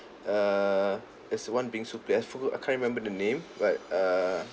err there's one bingsu place I forgot I can't remember the name but err